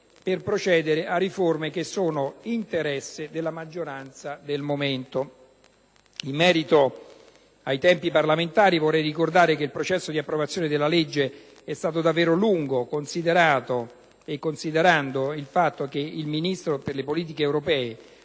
per procedere a riforme che sono interesse della maggioranza del momento. In merito ai tempi parlamentari, vorrei ricordare che il processo di approvazione del provvedimento in esame è stato davvero lungo, considerando che il Ministro per le politiche europee,